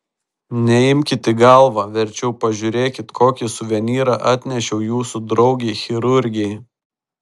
neimkit į galvą verčiau pažiūrėkit kokį suvenyrą atnešiau jūsų draugei chirurgei